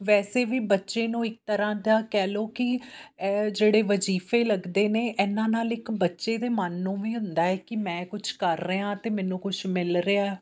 ਵੈਸੇ ਵੀ ਬੱਚੇ ਨੂੰ ਇੱਕ ਤਰ੍ਹਾਂ ਦਾ ਕਹਿ ਲਓ ਕਿ ਇਹ ਜਿਹੜੇ ਵਜ਼ੀਫੇ ਲੱਗਦੇ ਨੇ ਇਹਨਾਂ ਨਾਲ ਇੱਕ ਬੱਚੇ ਦੇ ਮਨ ਨੂੰ ਵੀ ਹੁੰਦਾ ਹੈ ਕਿ ਮੈਂ ਕੁਛ ਕਰ ਰਿਹਾ ਅਤੇ ਮੈਨੂੰ ਕੁਛ ਮਿਲ ਰਿਹਾ